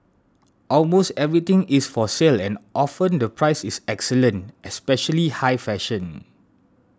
almost everything is for sale and often the price is excellent especially high fashion